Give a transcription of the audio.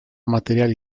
materiali